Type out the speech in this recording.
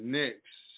next